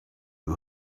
who